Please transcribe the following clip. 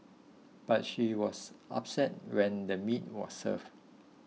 but she was upset when the meat was served